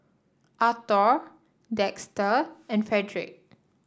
Arthor Dexter and Fredrick